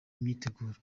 imyiteguro